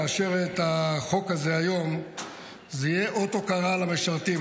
לאשר את החוק הזה היום יהיה אות למשרתים,